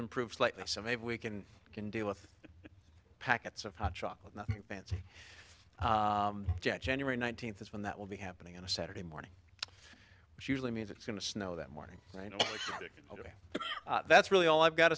improved slightly so maybe we can can deal with packets of hot chocolate nothing fancy january nineteenth when that will be happening on a saturday morning she usually means it's going to snow that morning you know that's really all i've got